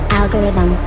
algorithm